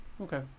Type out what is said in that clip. Okay